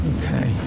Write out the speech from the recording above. Okay